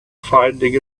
finding